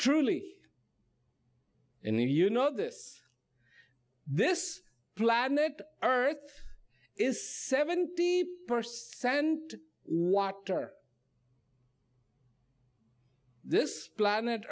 truly and you know this this planet earth is seventy percent water this planet